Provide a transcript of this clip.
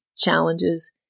challenges